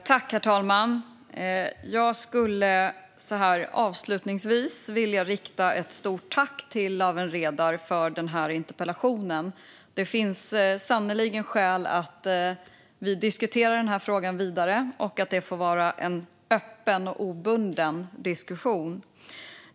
Herr talman! Jag skulle avslutningsvis vilja rikta ett stort tack till Lawen Redar för denna interpellation. Det finns sannerligen skäl att diskutera denna fråga vidare och att låta det vara en öppen och obunden diskussion.